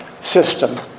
system